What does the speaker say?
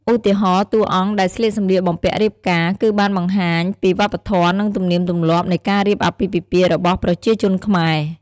ឧទាហរណ៍ តួរអង្គដែរស្លៀកសំម្លៀកបំពាក់រៀបការ គឺបានបង្ហាញពីវប្បធម៍នឹងទំនាមទំលាបនៃការរៀបអាពាពិពាណ៍របស់ប្រជាជនខ្មែរ ។